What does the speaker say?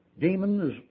Demons